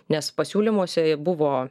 nes pasiūlymuose buvo